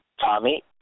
Tommy